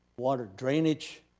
water drainage,